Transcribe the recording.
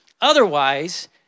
Otherwise